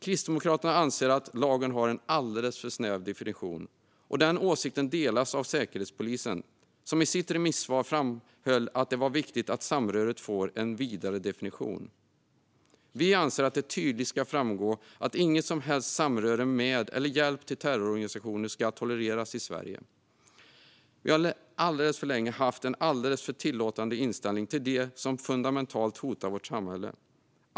Kristdemokraterna anser att lagen har en alldeles för snäv definition. Den åsikten delas av Säkerhetspolisen, som i sitt remissvar framhöll att det är viktigt att samröret får en vidare definition. Vi anser att det tydligt ska framgå att inget som helst samröre med eller hjälp till terrororganisationer ska tolereras i Sverige. Vi har alldeles för länge haft en alldeles för tillåtande inställning till dem som fundamentalt hotar vårt samhälle.